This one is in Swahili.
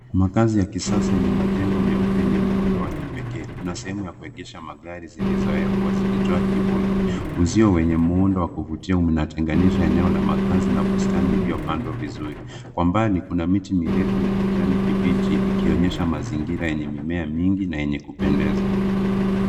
Makazi ya kisasa yenye majengo meupe yenye muundo wa kipekee. Kuna sehemu ya kuegesha magari zilizowekwa zikitoa kivuli. Uzio wenye muundo wa kuvutia unatenganisha eneo la makazi na bustani iliyopandwa vizuri. Kwa mbali kuna miti mirefu na kijani kibichi, ikionyesha mazingira yenye mimea mingi na yenye kupendeza.